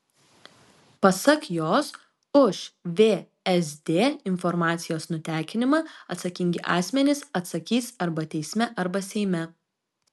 pasak jos už vsd informacijos nutekinimą atsakingi asmenys atsakys arba teisme arba seime